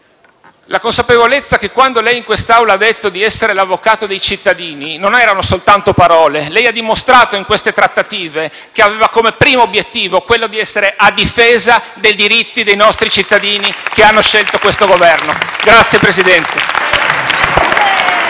la consapevolezza che quando lei in quest'Aula ha detto di essere l'avvocato dei cittadini le sue non erano soltanto parole. Lei ha dimostrato, in queste trattative, che aveva come primo obiettivo quello di essere a difesa dei diritti dei nostri cittadini che hanno scelto questo Governo. Grazie, signor Presidente.